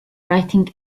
writing